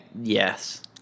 Yes